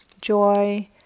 joy